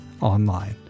Online